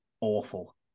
awful